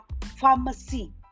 pharmacy